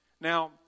Now